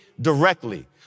directly